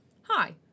Hi